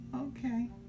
Okay